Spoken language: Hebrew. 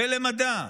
למדע,